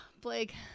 blake